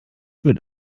wird